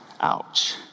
Ouch